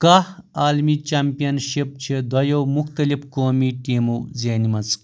کہہ عالمی چیمپینشِپ چھِ دۄیو مختلف قومی ٹیمو زینہِ مژٕ